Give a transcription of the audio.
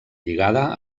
lligada